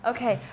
Okay